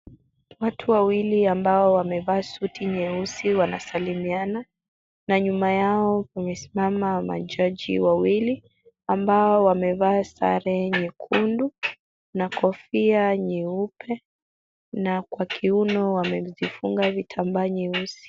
Watu wawili ambao wamevaa suti nyeusi wanasalimiana na nyuma yao wamesimama majaji wawili, ambao wamevaa sare nyekundu na kofia nyeupe na kwa kiuno wamejifunga vitambaa nyeusi.